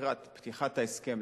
לקראת פתיחת ההסכם,